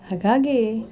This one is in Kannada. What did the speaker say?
ಹಾಗಾಗಿ